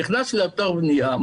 נכנס לאתר בנייה,